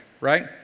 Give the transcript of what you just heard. right